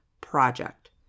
project